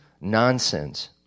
nonsense